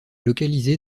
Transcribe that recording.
localisée